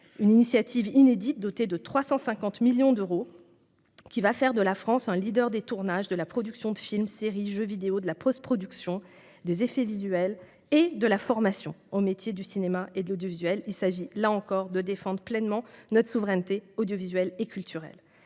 Cette initiative inédite, dotée de 350 millions d'euros, doit faire de la France un leader des tournages, de la production de films, séries et jeux vidéo, de la postproduction, des effets visuels et de la formation aux métiers du cinéma et de l'audiovisuel. Il s'agit, là encore, de défendre pleinement notre souveraineté audiovisuelle et culturelle.